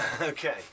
Okay